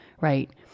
right